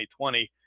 2020